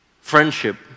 friendship